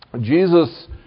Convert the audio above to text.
Jesus